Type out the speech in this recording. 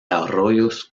arroyos